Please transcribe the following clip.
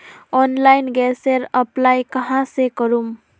Online गैसेर apply कहाँ से करूम?